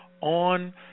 on